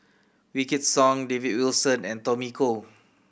Wykidd Song David Wilson and Tommy Koh